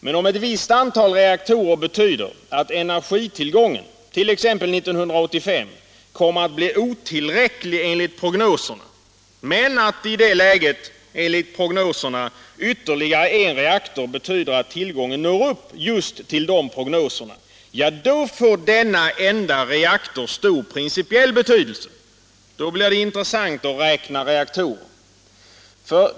Men om ett visst antal reaktorer betyder att energitillgången t.ex. 1985 kommer att bli otillräcklig enligt prognoserna men att i det läget ytterligare en reaktor betyder att tillgången når upp just till de gjorda prognoserna, då får denna enda reaktor stor principiell betydelse. Då blir det intressant att räkna reaktorer.